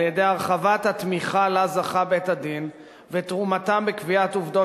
על-ידי הרחבת התמיכה שבית-הדין זכה לה ותרומתם בקביעת עובדות